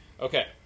Okay